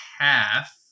half